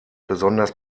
besonders